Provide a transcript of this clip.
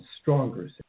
stronger